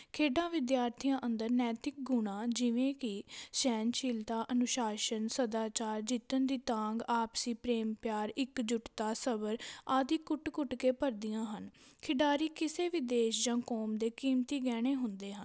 ਖੇਡਾਂ ਵਿਦਿਆਰਥੀਆਂ ਅੰਦਰ ਨੈਤਿਕ ਗੁਣਾਂ ਜਿਵੇਂ ਕਿ ਸਹਿਣਸ਼ੀਲਤਾ ਅਨੁਸ਼ਾਸਨ ਸਦਾਚਾਰ ਜਿੱਤਣ ਦੀ ਤਾਂਘ ਆਪਸੀ ਪ੍ਰੇਮ ਪਿਆਰ ਇੱਕਜੁੱਟਤਾ ਸਬਰ ਆਦਿ ਕੁੱਟ ਕੁੱਟ ਕੇ ਭਰਦੀਆਂ ਹਨ ਖਿਡਾਰੀ ਕਿਸੇ ਵੀ ਦੇਸ਼ ਜਾਂ ਕੌਮ ਦੇ ਕੀਮਤੀ ਗਹਿਣੇ ਹੁੰਦੇ ਹਨ